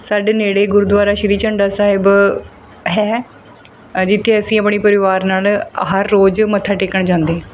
ਸਾਡੇ ਨੇੜੇ ਗੁਰਦੁਆਰਾ ਸ਼੍ਰੀ ਝੰਡਾ ਸਾਹਿਬ ਹੈ ਜਿੱਥੇ ਅਸੀਂ ਆਪਣੀ ਪਰਿਵਾਰ ਨਾਲ ਅ ਹਰ ਰੋਜ਼ ਮੱਥਾ ਟੇਕਣ ਜਾਂਦੇ ਹਾਂ